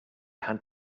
had